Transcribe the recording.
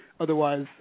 otherwise